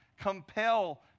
compel